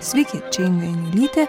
sveiki čia inga janulytė